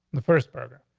the first burger.